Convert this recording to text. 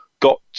got